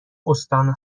استان